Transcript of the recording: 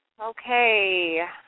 Okay